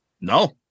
No